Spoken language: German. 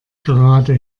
gerade